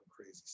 crazy